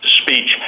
speech